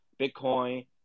Bitcoin